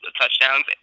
touchdowns